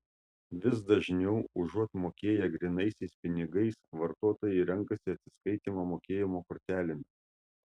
vis dažniau užuot mokėję grynaisiais pinigais vartotojai renkasi atsiskaitymą mokėjimo kortelėmis